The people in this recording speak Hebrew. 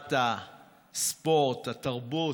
שרת הספורט והתרבות,